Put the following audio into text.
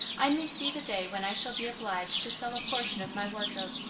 i may see the day when i shall be obliged to sell a portion of my wardrobe.